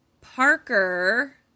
Parker